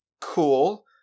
cool